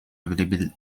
available